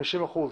כחמישים אחוז.